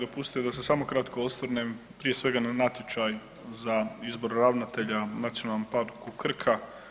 Dopustite da se samo kratko osvrnem prije svega na natječaj za izbor ravnatelja u Nacionalnom parku Krka.